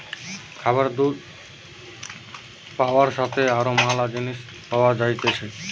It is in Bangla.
খামারে দুধ পাবার সাথে আরো ম্যালা জিনিস পাওয়া যাইতেছে